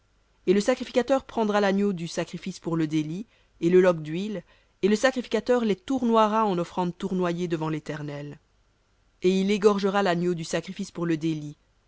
et le sacrificateur prendra l'agneau du sacrifice pour le délit et le log d'huile et le sacrificateur les tournoiera en offrande tournoyée devant léternel et il égorgera l'agneau du sacrifice pour le délit